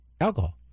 alcohol